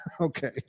okay